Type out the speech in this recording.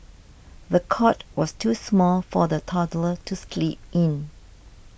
the cot was too small for the toddler to sleep in